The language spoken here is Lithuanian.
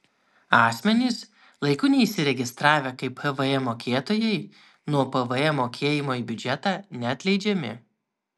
asmenys laiku neįsiregistravę kaip pvm mokėtojai nuo pvm mokėjimo į biudžetą neatleidžiami